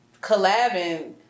collabing